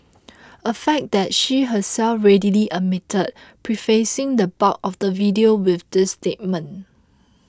a fact that she herself readily admitted prefacing the bulk of the video with this statement